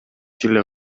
тили